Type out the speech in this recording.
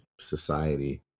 society